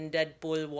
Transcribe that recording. Deadpool